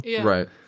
Right